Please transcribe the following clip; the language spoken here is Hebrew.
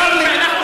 צר לי.